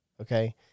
Okay